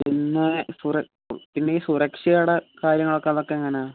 പിന്നെ സുര പിന്ന ഈ സുരക്ഷയുടെ കാര്യങ്ങളൊക്കെ അതൊക്കെ എങ്ങനെയാണ്